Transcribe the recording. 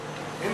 יעשו שלום.